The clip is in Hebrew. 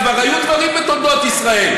וכבר היו דברים בתולדות ישראל.